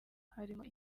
harimo